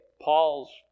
Paul's